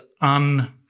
un-